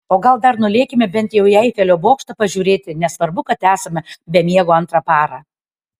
o gal dar nulėkime bent jau į eifelio bokštą pažiūrėti nesvarbu kad esame be miego antrą parą